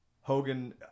Hogan